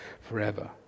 forever